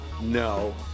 no